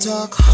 Talk